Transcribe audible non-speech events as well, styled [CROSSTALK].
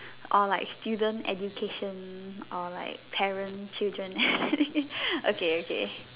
or like student education or like parent children [LAUGHS] okay okay